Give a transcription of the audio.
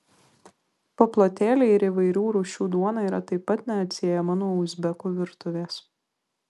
paplotėliai ir įvairių rūšių duona yra taip pat neatsiejama nuo uzbekų virtuvės